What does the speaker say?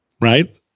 Right